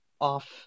off